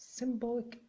symbolic